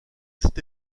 cette